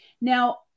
Now